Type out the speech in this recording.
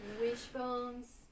Wishbones